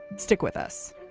stick with us